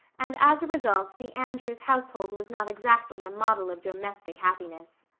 and as a result the andrews household was not exactly a model of domestic happiness.